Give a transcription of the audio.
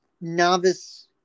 novice